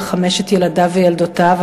על חמשת ילדיו וילדותיו,